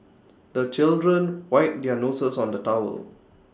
the children wipe their noses on the towel